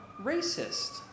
racist